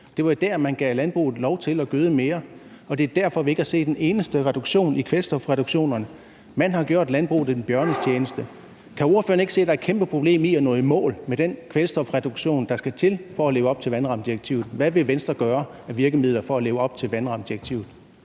Det var der, hvor man gav landbruget lov til at gøde mere, og det er derfor, vi ikke har set en eneste reduktion i kvælstof. Man har gjort landbruget en bjørnetjeneste. Kan ordføreren ikke se, at der er et kæmpe problem i forhold til at nå i mål med den kvælstofreduktion, der skal til for at leve op til vandrammedirektivet? Hvad vil Venstre bruge af virkemidler for at leve op til vandrammedirektivet?